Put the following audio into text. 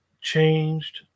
changed